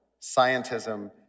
scientism